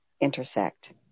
intersect